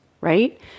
right